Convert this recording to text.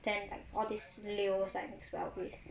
then like all these leos I mix well with